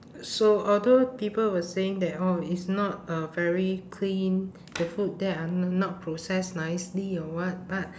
so although people were saying that oh it's not uh very clean the food there are n~ not processed nicely or what but